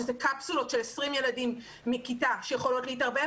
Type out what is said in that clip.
שזה קפסולות של 20 ילדים מכיתה שיכולות להתערבב,